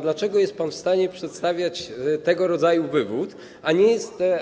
Dlaczego jest pan w stanie przedstawiać tego rodzaju wywód,